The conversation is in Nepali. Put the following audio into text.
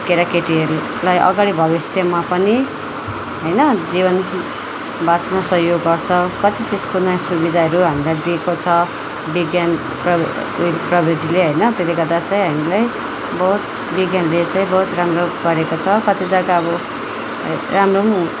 केटीकेटीहरूलाई अगाडि भविष्यमा पनि होइन जीवन बाच्न सहयोग गर्छ कति चिजको नयाँ सुविधाहरू हामीलाई दिएको छ विज्ञान प्रवि प्रविधिले होइन त्यसले गर्दा चाहिँ हामीलाई बहुत विज्ञानले चाहिँ बहुत राम्रो गरेको छ कति जग्गा अब राम्रो पनि